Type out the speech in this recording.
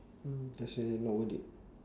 hmm just say not worth it